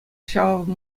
ҫав